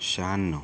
शहाण्णव